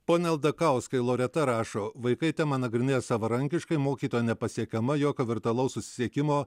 pone aldakauskai loreta rašo vaikai temą nagrinėja savarankiškai mokytoja nepasiekiama jokio virtualaus susisiekimo